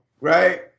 right